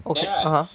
ok~ (uh huh)